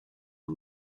and